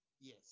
yes